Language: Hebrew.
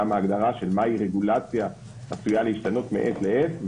גם ההגדרה מה היא רגולציה עשויה להשתנות מעת לעת.